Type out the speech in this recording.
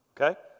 Okay